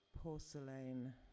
porcelain